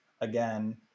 again